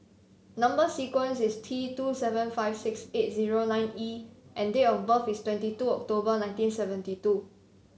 number sequence is T two seven five six eight zero nine E and date of birth is twenty two October nineteen seventy two